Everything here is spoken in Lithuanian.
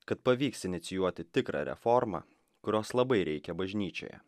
kad pavyks inicijuoti tikrą reformą kurios labai reikia bažnyčioje